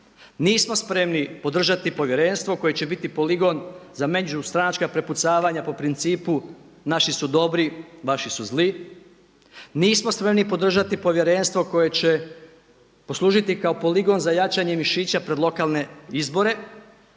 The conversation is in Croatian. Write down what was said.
Nismo spremni podržati povjerenstvo koje će biti poligon za međustranačka prepucavanja po principu naši su dobri, vaši su zli. Nismo spremni podržati povjerenstvo koje će poslužiti kao poligon za jačanje mišića pred lokalne izbore,